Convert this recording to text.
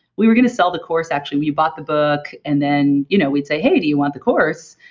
we were going to sell the course actually when you bought the book and then, you know we'd say, hey, do you want the course?